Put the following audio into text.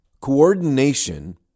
coordination